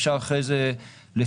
אפשר אחרי זה לפרט,